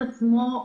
לבידוד.